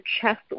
chest